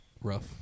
rough